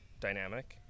dynamic